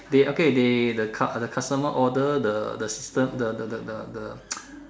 they okay they the customer order the system the the the the the